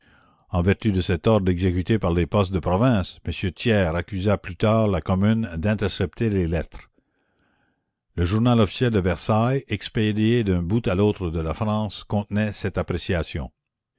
en vertu de cet ordre exécuté par les postes de province m thiers accusa plus tard la commune d'intercepter les lettres le journal officiel de versailles expédié d'un bout à l'autre de la france contenait cette appréciation